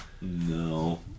No